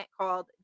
called